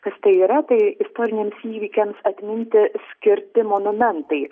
kas tai yra tai istoriniams įvykiams atminti skirti monumentai